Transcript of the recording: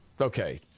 Okay